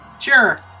Sure